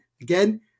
Again